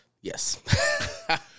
yes